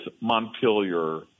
Montpelier